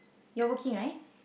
you're working right